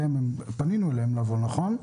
פנינו אליהם, נכון?